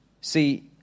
See